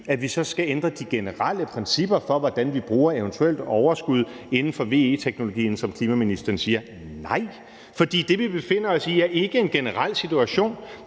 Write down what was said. vi så skal ændre de generelle principper for, hvordan vi bruger eventuelt overskud inden for VE-teknologien, som klimaministeren siger. Nej! For det, vi befinder os i, er ikke en generel situation.